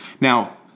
Now